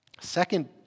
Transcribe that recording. Second